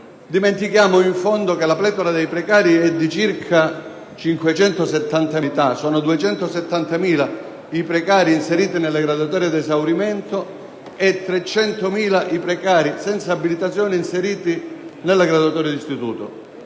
dimentichiamo che la pletora dei precari è di circa 570.000 unità: sono infatti 270.000 i precari inseriti nelle graduatorie ad esaurimento e 300.000 i precari senza abilitazione inseriti nelle graduatorie di istituto.